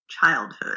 childhood